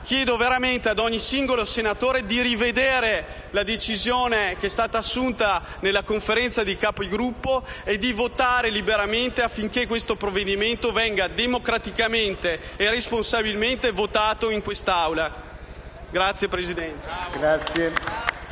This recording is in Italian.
Chiedo veramente ad ogni singolo senatore di rivedere la decisione assunta nella Conferenza dei Capigruppo e di votare liberamente affinché il provvedimento venga democraticamente e responsabilmente votato in quest'Aula. *(Applausi